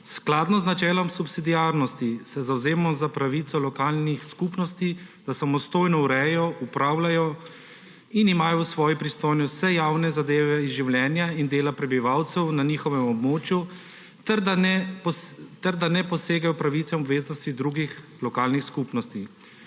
Skladno z načelom subsidiarnosti se zavzemamo za pravico lokalnih skupnosti, da samostojno urejajo, upravljajo in imajo v svoji pristojnosti vse javne zadeve iz življenja in dela prebivalcev na njihovem območju ter da ne posegajo v pravice in obveznosti drugih lokalnih skupnosti.